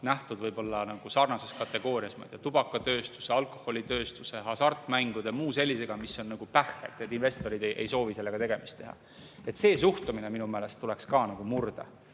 nähtud sarnases kategoorias tubakatööstuse, alkoholitööstuse, hasartmängude ja muu sellisega, mis on nagu pähh, nii et investorid ei soovi sellega tegemist teha. See suhtumine minu meelest tuleks